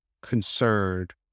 concerned